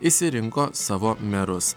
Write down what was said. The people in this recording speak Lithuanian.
išsirinko savo merus